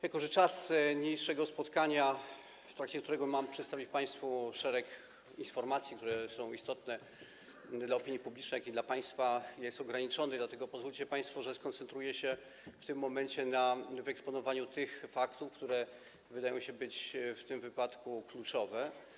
Jako że czas niniejszego spotkania, w trakcie którego mam przedstawić państwu szereg informacji, które są istotne zarówno dla opinii publicznej, jak i dla państwa, jest ograniczony, pozwólcie państwo, że skoncentruję się w tym momencie na wyeksponowaniu tych faktów, które wydają się w tym wypadku kluczowe.